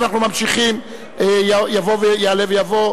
אין מתנגדים, אין נמנעים.